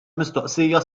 mistoqsija